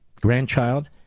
grandchild